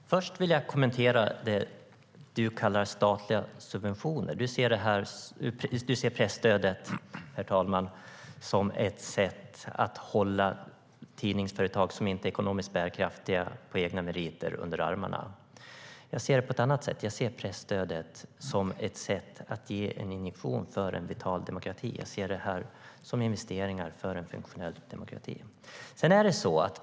Herr talman! Först vill jag kommentera det du kallar statliga subventioner, Fredrik Eriksson. Du ser presstödet som ett sätt att hålla tidningsföretag som inte är ekonomiskt bärkraftiga på egna meriter under armarna. Jag ser det på ett annat sätt. Jag ser presstödet som ett sätt att ge en injektion för en vital demokrati. Jag ser det som investeringar för en funktionell demokrati.